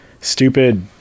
stupid